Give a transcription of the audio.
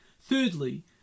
Thirdly